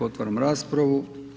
Otvaram raspravu.